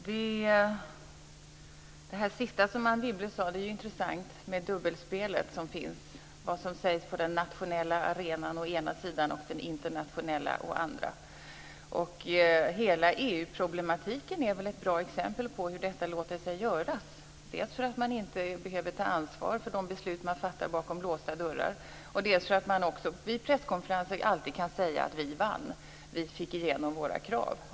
Fru talman! Det sista som Anne Wibble sade var intressant. Hon talade om det dubbelspel som finns, vad som å ena sidan sägs på den nationella arenan och vad som å andra sidan sägs på den internationella arenan. Hela EU-problematiken är ett bra exempel på hur detta låter sig göras, dels därför att man inte behöver ta ansvar för de beslut som fattas bakom låsta dörrar, dels därför att man alltid vid presskonferenser kan säga: Vi vann. Vi fick igenom våra krav.